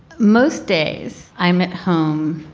most days i'm at home